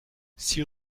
six